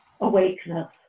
awakeness